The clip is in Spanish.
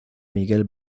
miguel